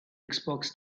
xbox